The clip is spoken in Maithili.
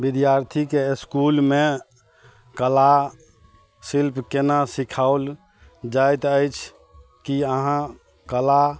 विद्यार्थीके इसकुलमे कला शिल्प केना सिखाओल जाइत अछि कि अहाँ कला